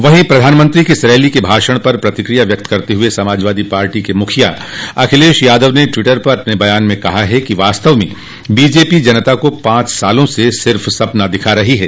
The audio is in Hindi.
वहीं प्रधानमंत्री की इस रैली के भाषण पर प्रतिकिया व्यक्त करते हुए समाजवादी पार्टी के मुखिया अखिलेश यादव ने ट्वोटर पर अपने बयान में कहा कि वास्तव में बीजेपी जनता को पांच सालों से सिर्फ सपना दिखा रही है